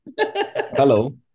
Hello